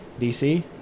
DC